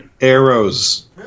Arrows